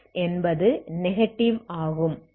X என்பது negative ஆகும்